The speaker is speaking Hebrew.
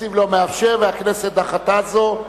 התקציב לא מאפשר, והכנסת דחתה זאת.